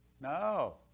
No